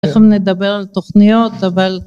תכף נדבר על תוכניות אבל